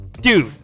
Dude